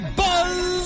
buzz